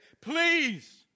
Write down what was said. Please